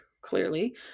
clearly